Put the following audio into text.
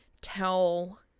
tell